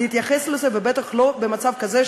ובטח לא במצב כזה,